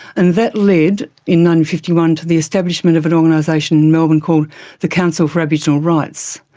and that led, in one fifty one, to the establishment of an organisation in melbourne called the council for aboriginal rights.